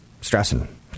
stressing